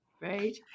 right